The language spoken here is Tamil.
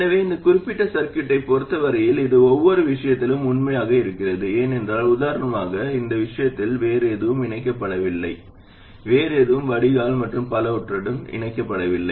எனவே இந்த குறிப்பிட்ட சர்கியூட்டை பொறுத்த வரையில் இது ஒவ்வொரு விஷயத்திலும் உண்மையாக இருக்கிறது ஏனென்றால் உதாரணமாக இந்த விஷயத்தில் வேறு எதுவும் இணைக்கப்படவில்லை இந்த விஷயத்தில் வேறு எதுவும் வடிகால் மற்றும் பலவற்றுடன் இணைக்கப்படவில்லை